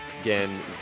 again